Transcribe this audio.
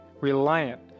reliant